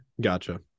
Gotcha